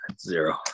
Zero